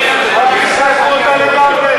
ועדת הכספים דווקא נמצאת,